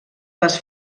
les